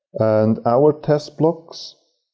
and our test blocks.